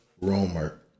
Romer